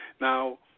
Now